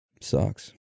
sucks